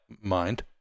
mind